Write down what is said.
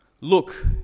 Look